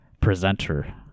presenter